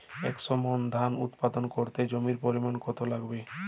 একশো মন ধান উৎপাদন করতে জমির পরিমাণ কত লাগবে?